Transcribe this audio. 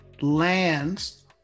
lands